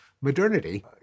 modernity